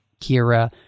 Kira